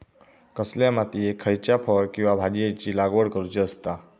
कसल्या मातीयेत खयच्या फळ किंवा भाजीयेंची लागवड करुची असता?